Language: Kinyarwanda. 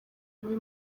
muri